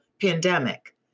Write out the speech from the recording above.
Pandemic